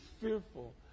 fearful